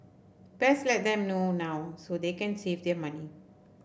best let them know now so they can save their money